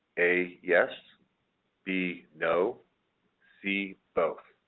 a. yes b. no c. both